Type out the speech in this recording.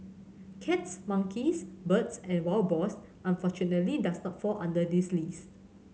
cats monkeys birds and wild boars unfortunately does not fall under this list